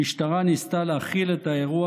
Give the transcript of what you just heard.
המשטרה ניסתה להכיל את האירוע,